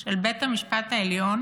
של בית המשפט העליון